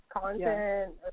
content